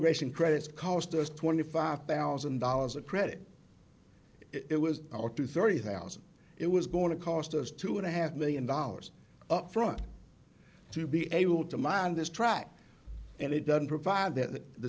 negation credits cost us twenty five thousand dollars a credit it was our to thirty thousand it was going to cost us two and a half million dollars up front to be able to man this track and it doesn't provide th